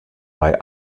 bei